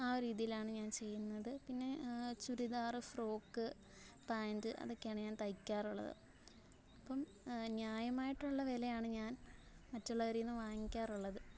ആ രീതിയിലാണ് ഞാൻ ചെയ്യുന്നത് പിന്നെ ചുരിദാർ ഫ്രോക്ക് പാൻ്റ് അതൊക്കെയാണ് ഞാൻ തയ്ക്കാറുള്ളത് അപ്പം ന്യായമായിട്ടുള്ള വിലയാണ് ഞാൻ മറ്റുള്ളവരിൽ നിന്ന് വാങ്ങിക്കാറുള്ളത്